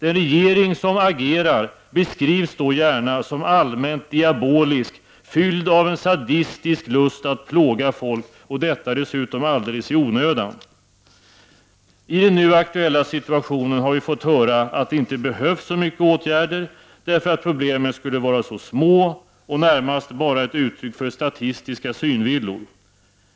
En regering som agerar beskrivs gärna som allmänt diabolisk, fylld av en sadistisk lust att plåga folk, och detta dessutom alldeles i onödan. I den nu aktuella situationen har vi fått höra att det inte behövs så många åtgärder, därför att problemen skulle vara så små och närmast bara ett uttryck för statistiska synvillor.